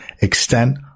extent